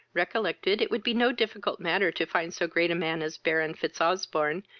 recollected it would be no difficult matter to find so great a man as baron fitzosbourne,